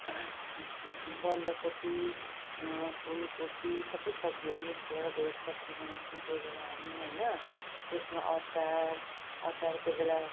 बन्दाकोपी फूलकोपी सब सब्जीहरू मिक्स गरेर भेज सब्जी बनाउँछु कोही बेला हामी होइन त्यसमा अचार अचार कोही बेला